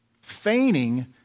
feigning